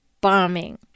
bombing